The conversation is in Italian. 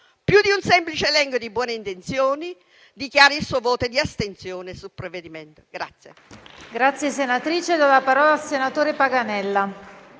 più di un semplice elenco di buone intenzioni, dichiara il suo voto di astensione sul provvedimento.